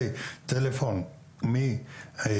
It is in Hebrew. באמצעות שיחת טלפון ראשונית.